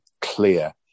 clear